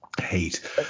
hate